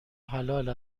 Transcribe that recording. حلال